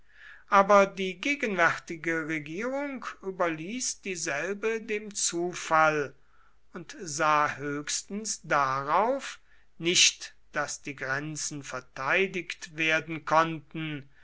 aber die gegenwärtige regierung überließ dieselbe dem zufall und sah höchstens darauf nicht daß die grenzen verteidigt werden konnten